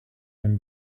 him